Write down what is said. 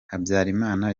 habyarimana